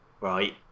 right